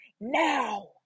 now